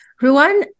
Ruan